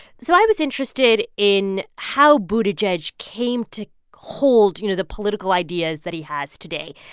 so i was interested in how buttigieg came to hold, you know, the political ideas that he has today.